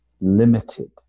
limited